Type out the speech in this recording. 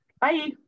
Bye